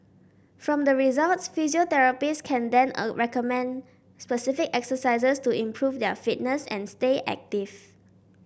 from the results physiotherapists can then recommend specific exercises to improve their fitness and stay active